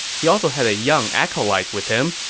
he also had a young acolyte with him,